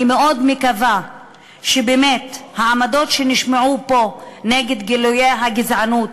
אני מאוד מקווה שבאמת העמדות שנשמעו פה נגד גילויי הגזענות,